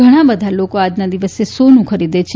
ઘણા બધાં લોકો આજના દિવસે સોનું ખરીદે છે